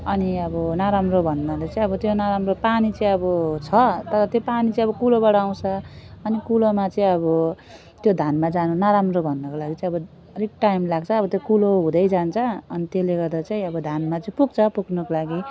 अनि अब नराम्रो भन्नाले चाहिँ अब त्यो नराम्रो पानी चाहिँ अब छ तर त्यो पानी चाहिँ अब कुलोबाट आउँछ अनि कुलोमा चाहिँ अब त्यो धानमा जानु नराम्रो भन्नको लागि चाहिँ अब अलिक टाइम लाग्छ अब त्यो कुलो हुँदै जान्छ अनि त्यसले गर्दा चाहिँ अब धानमा चाहिँ पुग्छ पुग्नुको लागि